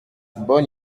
bonne